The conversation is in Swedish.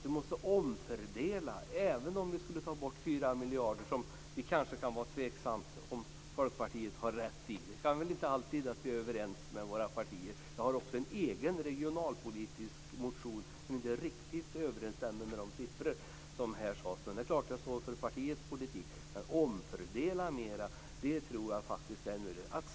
Vi måste omfördela även om vi skulle ta bort 4 miljarder, vilket det kanske kan vara tveksamt om Folkpartiet har rätt i. Vi är kanske inte alltid överens med våra partier. Jag har också en egen regionalpolitisk motion som inte riktigt överensstämmer med de siffror som här nämndes, men det är klart att jag står för partiets politik. Men att omfördela mera tror jag faktiskt är en möjlighet.